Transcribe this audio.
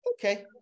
Okay